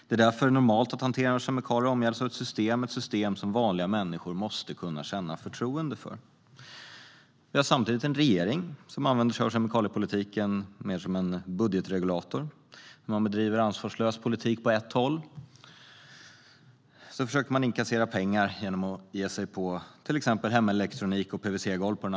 Det är därför normalt att hanteringen av kemikalier omgärdas av ett system - ett system som vanliga människor måste kunna känna förtroende för. Vi har samtidigt en regering som använder kemikaliepolitiken mer som en budgetregulator. När man bedriver ansvarslös politik på ett håll försöker man inkassera pengar på ett annat genom att ge sig på till exempel hemelektronik och PVC-golv.